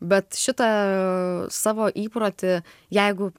bet šitą savo įprotį jeigu